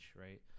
right